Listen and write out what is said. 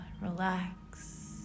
relax